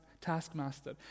taskmaster